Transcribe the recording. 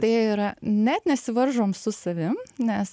tai yra net nesivaržom su savim nes